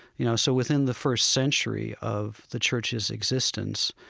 you know, so within the first century of the church's existence,